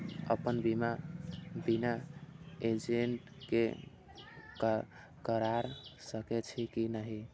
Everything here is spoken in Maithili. अपन बीमा बिना एजेंट के करार सकेछी कि नहिं?